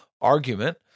argument